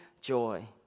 joy